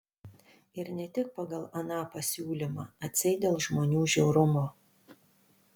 ir ne tik pagal aną pasiūlymą atseit dėl žmonių žiaurumo